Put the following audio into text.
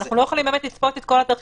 אבל אנחנו לא יכולים לצפות את כל התרחישים,